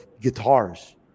guitars